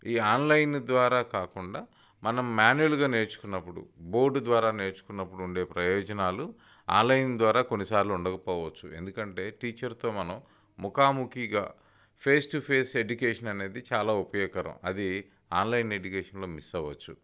ఈ ఆన్లైన్ ద్వారా కాకుండా మనం మ్యాన్యువల్గా నేర్చుకున్నప్పుడు బోర్డ్ ద్వారా నేర్చుకున్నప్పుడు ఉండే ప్రయోజనాలు ఆలయం ద్వారా కొన్నిసార్లు ఉండకపోవచ్చు ఎందుకంటే టీచర్తో మనం ముఖాముఖిగా ఫేస్ టు ఫేస్ ఎడ్యుకేషన్ అనేది చాలా ఉపయోగకరం అది ఆన్లైన్ ఎడ్యుకేషన్లో మిస్ అవ్వచ్చు